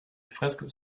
fresques